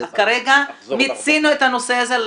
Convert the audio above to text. כרגע מיצינו את הנושא הזה,